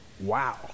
wow